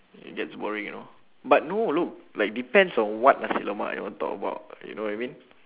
that's worrying you know but no look like depends on what nasi lemak you want talk about you know what I mean